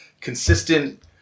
consistent